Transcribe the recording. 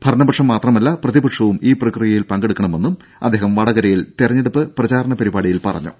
ഭരണപക്ഷം മാത്രമല്ല പ്രതിപക്ഷവും ഈ പ്രക്രിയയിൽ പങ്കെടുക്കണമെന്നും അദ്ദേഹം വടകരയിൽ തെരഞ്ഞെടുപ്പ് പ്രചാരണ പരിപാടിയിൽ പറഞ്ഞു